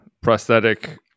prosthetic